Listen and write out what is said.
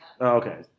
Okay